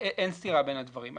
אין סתירה בין הדברים.